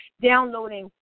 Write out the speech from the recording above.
downloading